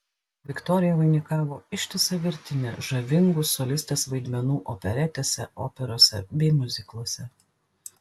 viktorija vainikavo ištisą virtinę žavingų solistės vaidmenų operetėse operose bei miuzikluose